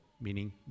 meaning